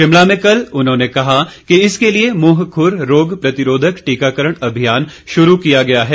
शिमला में कल उन्होंने कहा कि इसके लिए मुंह खुर रोग प्रतिरोधक टीकाकरण अभियान शुरू किया गया है